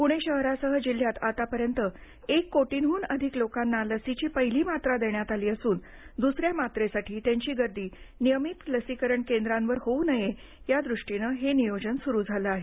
पूणे शहरासह जिल्ह्यात आतापर्यंत एक कोटीहून अधिक लोकांना लसीची पहिली मात्रा देण्यात आली असून दुसऱ्या मात्रेसाठी त्यांची गर्दी नियमित लसीकरण केंद्रावर होऊ नये यादृष्टीनं हे नियोजन सुरु झालं आहे